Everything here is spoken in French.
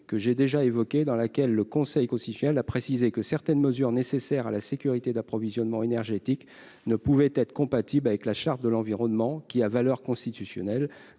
que j'ai déjà évoqué dans laquelle le conseil qu'aussi chez elle, a précisé que certaines mesures nécessaires à la sécurité d'approvisionnement énergétique ne pouvait être compatible avec la charte de l'environnement qui a valeur constitutionnelle